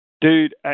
dude